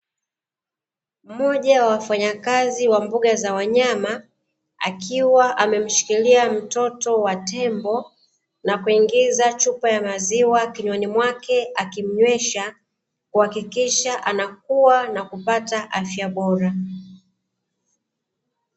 Mmoja wa wafanyakaz wa mbuga za wanyama, akiwa amemshikilia mtoto wa tembo na kuingiza chupa ya maziwa kinywani mwake, akimnywesha kuhakikisha anakua na kupata afya bora.